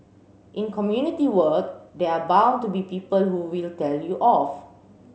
in community work there are bound to be people who will tell you off